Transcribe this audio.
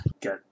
get